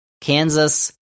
Kansas